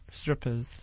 strippers